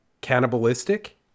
cannibalistic